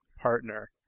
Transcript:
partner